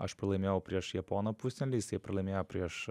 aš pralaimėjau prieš japoną pusfinaly jisai pralaimėjo prieš